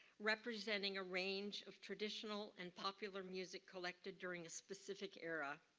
representing a range of traditional and popular music collected during a specific era.